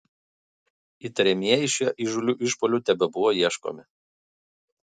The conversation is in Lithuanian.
įtariamieji šiuo įžūliu išpuoliu tebebuvo ieškomi